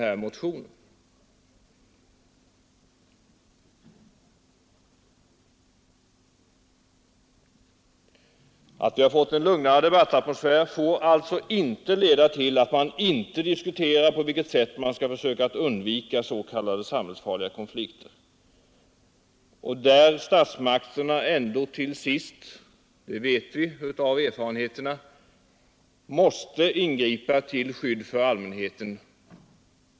151 Att vi har fått en lugnare debattatmosfär måste leda till att vi nu diskuterar på vilket sätt vi skall försöka att undvika s.k. samhällsfarliga konflikter, där statsmakterna ändå till sist, vid en viss gräns — det vet vi av erfarenheterna — måste ingripa till skydd för allmänheten.